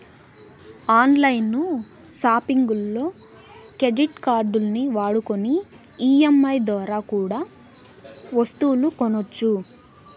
on line సాపింగుల్లో credit కార్డుల్ని వాడుకొని ఈ.ఎం.ఐ దోరా కూడా ఒస్తువులు కొనొచ్చు